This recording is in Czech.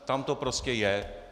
Tam to prostě je.